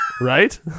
Right